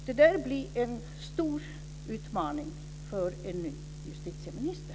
Detta blir en stor utmaning för en ny justitieminister.